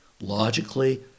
logically